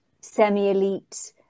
semi-elite